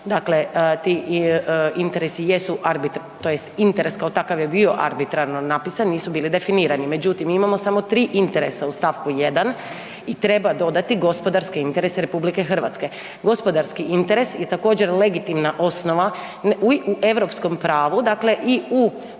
dakle ti interesi jesu, tj. interes kao takav je bio arbitrarno napisan nisu bili definirani, međutim mi imamo samo 3 interesa u stavku 1. i treba dodati gospodarske interese RH. Gospodarski interes je također legitimna osnova u europskom pravu dakle i u